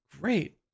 Great